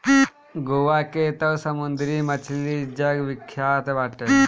गोवा के तअ समुंदरी मछली जग विख्यात बाटे